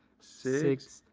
six,